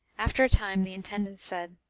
after a time, the intendant said,